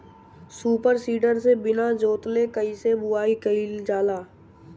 Super seeder से बीना जोतले कईसे बुआई कयिल जाला?